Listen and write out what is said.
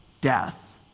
death